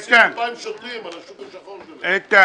רק צריך להוסיף 2,000 שוטרים על השוק השחור של זה --- איתן,